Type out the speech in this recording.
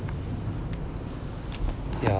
ya